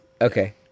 okay